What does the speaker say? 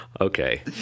okay